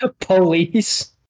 Police